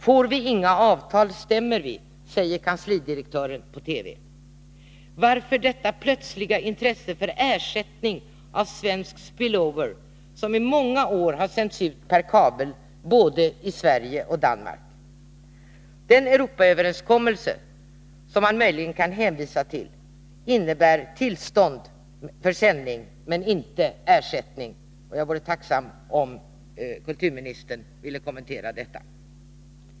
Får vi inga avtal stämmer vi, säger kanslidirektören på TVi Varför detta plötsliga intresse för att få ersättning för svensk ”spill over”, som i många år har sänts ut per kabel både i Sverige och i Danmark? Den Europaöverenskommelse som man möjligen kan hänvisa till innebär tillstånd men inte ersättning. Jag vore tacksam om kulturministern ville kommentera detta.